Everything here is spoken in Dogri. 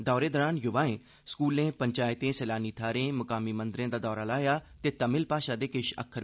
दौरे दौरान युवाएं स्कूलें पंचायतें सैलानी थहारें मुकामी मंदरें दा दौरा लाया ते तमिल भाषा दे किश अक्खर बी सिक्खे